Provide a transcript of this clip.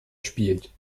spielt